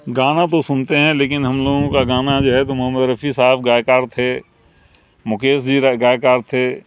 گانا تو سنتے ہیں لیکن ہم لوگوں کا گانا جو ہے تو محمد رفیع صاحب گائکار تھے مکیش جی گائکار تھے